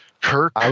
Kirk